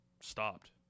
stopped